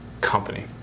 Company